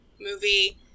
movie